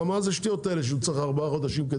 מה זה השטויות האלה שהוא צריך ארבעה חודשים?